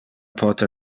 pote